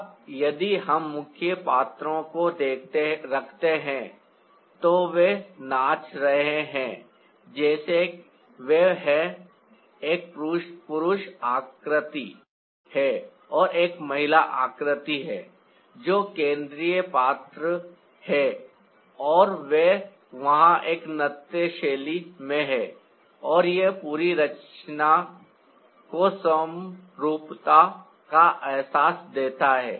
अब यदि हम मुख्य पात्रों को रखते हैं तो वे नाच रहे हैं जैसे वे हैं एक पुरुष आकृति है और एक महिला आकृति है जो केंद्रीय पात्र हैं और वे वहां एक नृत्य शैली में हैं और यह पूरी रचना को समरूपता का एहसास देता है